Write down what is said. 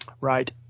Right